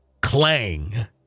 clang